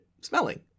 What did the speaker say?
smelling